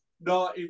no